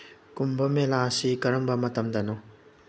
ꯀꯨꯝꯚ ꯃꯦꯂꯥꯁꯤ ꯀꯔꯝꯕ ꯃꯇꯝꯗꯅꯣ